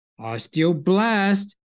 Osteoblast